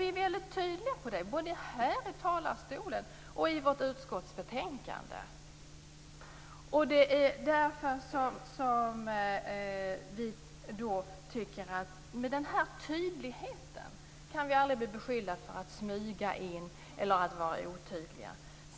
Vi är väldigt tydliga på den punkten, både här i talarstolen och i vårt utskottsbetänkande. Genom att vi är så tydliga kan vi aldrig bli beskyllda för att smyga in eller för att vara otydliga.